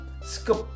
skip